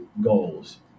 goals